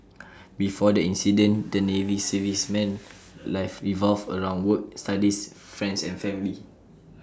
before the incident the navy serviceman's life revolved around work studies friends and family